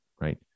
Right